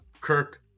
Kirk